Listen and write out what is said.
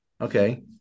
Okay